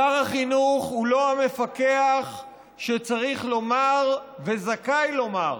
שר החינוך הוא לא המפקח שצריך לומר וזכאי לומר